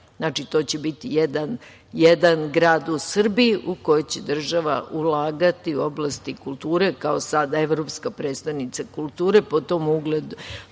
Znači, to će biti jedan grad u Srbiji u koji će država ulagati u oblasti kulture, kao što je sada evropska prestonica kulture. Po tom uzoru